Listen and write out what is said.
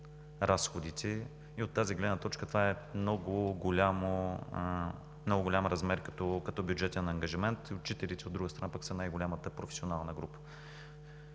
разходите. От тази гледна точка това е много голям размер, като бюджетен ангажимент, а учителите, от друга страна са, пък най-голямата професионална група.